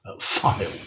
file